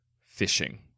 fishing